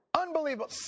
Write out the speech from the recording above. Unbelievable